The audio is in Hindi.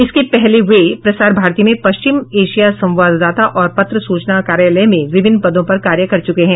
इसके पहले वे प्रसार भारती में पश्चिम एशिया संवाददाता और पत्र सूचना कार्यालय में विभिन्न पदों पर कार्य कर चुके हैं